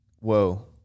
whoa